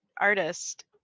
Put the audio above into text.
artist